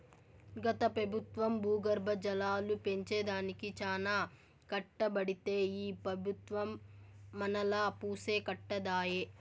గత పెబుత్వం భూగర్భ జలాలు పెంచే దానికి చానా కట్టబడితే ఈ పెబుత్వం మనాలా వూసే పట్టదాయె